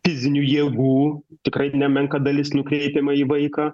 fizinių jėgų tikrai nemenka dalis nukreipiama į vaiką